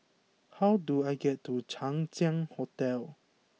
how do I get to Chang Ziang Hotel